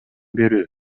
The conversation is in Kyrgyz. берүү